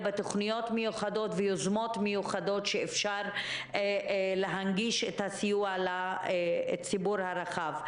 בתוכניות מיוחדות ויוזמות מיוחדות שאפשר להנגיש את הסיוע לציבור הרחב.